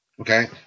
okay